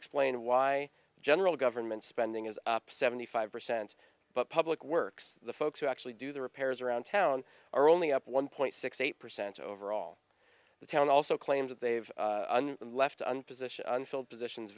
explain why general government spending is up seventy five percent but public works the folks who actually do the repairs around town are only up one point six eight percent overall the town also claims that they've left on position unfilled positions